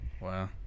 wow